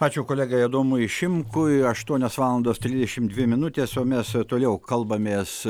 ačiū kolegai adomui šimkui aštuonios valandos trisdešimt dvi minutės o mes toliau kalbamės